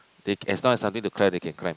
they as long as something to climb they can climb